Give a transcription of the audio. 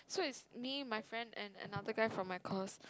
so is me my friend and another guy from my course